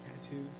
tattoos